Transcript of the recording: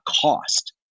cost